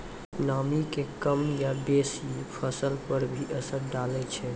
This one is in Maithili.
नामी के कम या बेसी फसल पर की असर डाले छै?